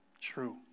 True